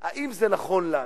האם זה נכון לנו?